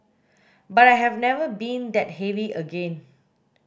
but I have never been that heavy again